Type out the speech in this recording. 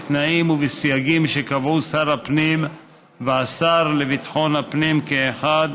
בתנאים ובסייגים שקבעו שר הפנים והשר לביטחון הפנים כאחד,